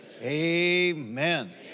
Amen